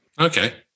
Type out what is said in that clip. Okay